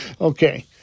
okay